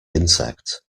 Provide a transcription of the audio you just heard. insect